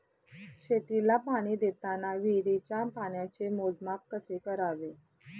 शेतीला पाणी देताना विहिरीच्या पाण्याचे मोजमाप कसे करावे?